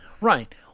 Right